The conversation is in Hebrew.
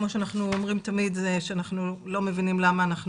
כמו שאנחנו אומרים תמיד זה שאנחנו לא מבינים למה אנחנו